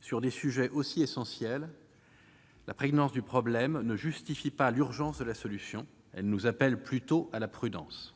Sur des sujets aussi essentiels, la prégnance du problème ne justifie pas l'urgence de la solution. Elle nous appelle plutôt à la prudence.